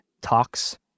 talks